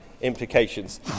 implications